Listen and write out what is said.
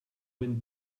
wind